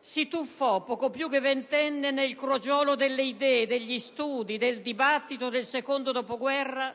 Si tuffò poco più che ventenne nel crogiuolo delle idee, degli studi, del dibattito del secondo dopoguerra,